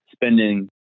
Spending